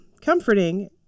comforting